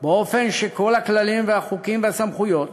באופן שכל הכללים והחוקים והסמכויות